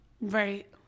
Right